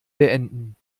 beenden